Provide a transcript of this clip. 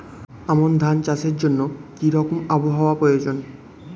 আমন ধান চাষের জন্য কি রকম আবহাওয়া প্রয়োজন?